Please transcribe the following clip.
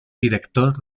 director